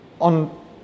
on